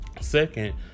Second